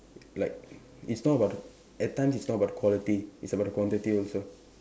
like it's not about the at times it's not about the quality it's about the quantity also